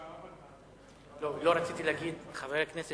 לא רציתי להגיד חבר הכנסת